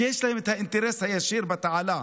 שיש להן אינטרס ישיר בתעלה,